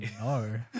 no